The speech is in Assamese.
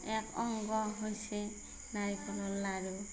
এক অংগ হৈছে নাৰিকলৰ লাড়ু